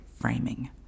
framing